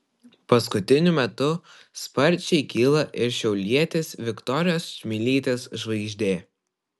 paskutiniu metu sparčiai kyla ir šiaulietės viktorijos čmilytės žvaigždė